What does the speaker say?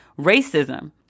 racism